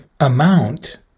amount